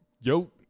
Yo